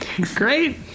Great